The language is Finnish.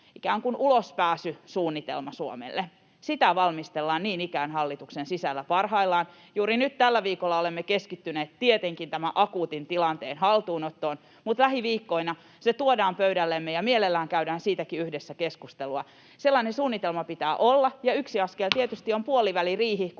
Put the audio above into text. ikään kuin ulospääsysuunnitelma Suomelle. Sitä niin ikään valmistellaan hallituksen sisällä parhaillaan. Juuri nyt tällä viikolla olemme keskittyneet tietenkin tämän akuutin tilanteen haltuunottoon, mutta lähiviikkoina se tuodaan pöydällemme, ja mielellään käydään siitäkin yhdessä keskustelua. Sellainen suunnitelma pitää olla, ja yksi askel tietysti on puoliväliriihi,